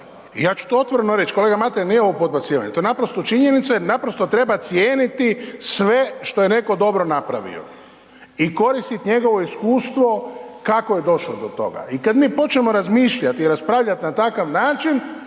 ja ću to otvoreno reći, kolega Mateljan nije ovo podbacivanje to je naprosto činjenica jer naprosto treba cijeniti sve što je netko dobro napravio i koristit njegovo iskustvo kako je došo do toga. I kad mi počnemo razmišljati i raspravljat na takav način